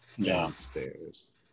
downstairs